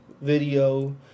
video